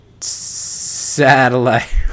Satellite